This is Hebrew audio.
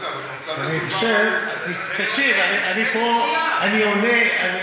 אני חושב, אני אומר, זה מצוין.